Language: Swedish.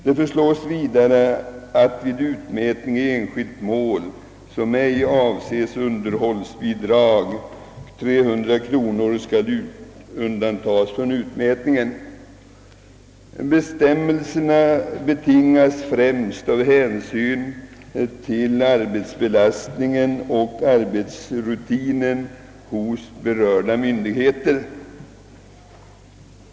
Det föreslås vidare att vid utmätning i enskilt mål, som ej avser underhållsbidrag, ett belopp om 300 kronor skall undantas från utmätningen. Förslaget betingas främst av hänsyn till arbetsbelastningen och arbetsrutinen hos berörda myndigheter.